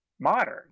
modern